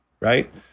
right